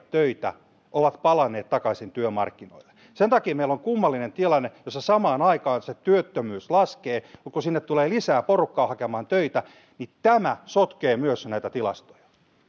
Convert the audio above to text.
töitä ovat palanneet takaisin työmarkkinoille sen takia meillä on kummallinen tilanne jossa samaan aikaan se työttömyys laskee mutta kun sinne tulee lisää porukkaa hakemaan töitä niin tämä sotkee myös näitä tilastoja